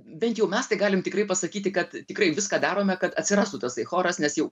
bent jau mes tai galim tikrai pasakyti kad tikrai viską darome kad atsirastų tasai choras nes jau